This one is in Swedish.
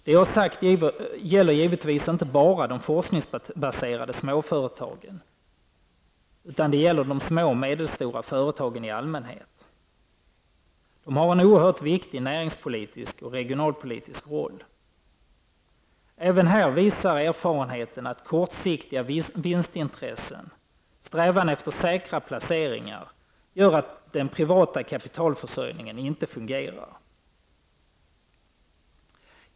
Det jag har sagt gäller givetvis inte bara de forskningsbaserade småföretagen, utan de små och medelstora företagen i allmänhet. De har en oerhört viktig näringspolitisk och regionalpolitisk roll. Även här visar erfarenheten att kortsiktiga vinstintressen och strävan efter säkra placeringar gör att den privata kapitalförsörjningen inte fungerar.